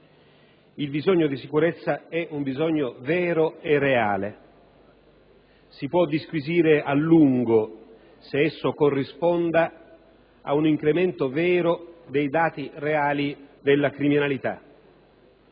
Il bisogno di sicurezza è un bisogno vero e reale. Si può disquisire a lungo se esso corrisponda ad un incremento effettivo dei dati sulla criminalità.